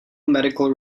medical